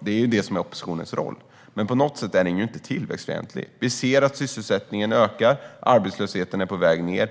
det är det som är oppositionens roll. Men budgeten är inte på något sätt tillväxtfientlig. Vi ser att sysselsättningen ökar och att arbetslösheten är på väg ned.